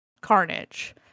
carnage